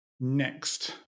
next